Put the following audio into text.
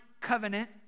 covenant